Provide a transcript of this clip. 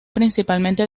principalmente